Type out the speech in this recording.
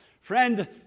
Friend